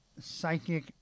psychic